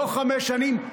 לא חמש שנים,